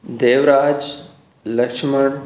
Devraj Lakshman